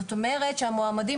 זאת אומרת שהמועמדים,